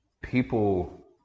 people